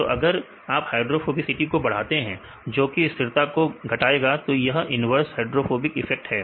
तो अगर आप हाइड्रोफोबिसिटी को बढ़ाते हैं जो कि स्थिरता को घटाएं गा तो यह इन्वर्स हाइड्रोफोबिक इफेक्ट है